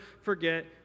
forget